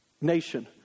nation